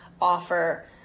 offer